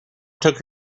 took